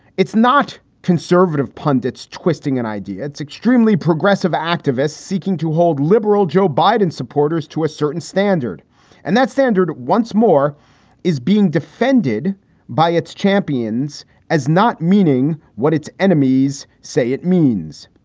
it's not conservative pundits twisting an idea that's extremely progressive activists seeking to hold liberal joe biden supporters to a certain standard and that standard once more is being defended by its champions as not meaning what its enemies say it means.